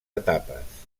etapes